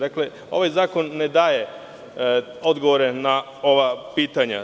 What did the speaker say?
Dakle, ovaj zakon ne daje odgovore na ova pitanja.